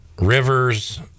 Rivers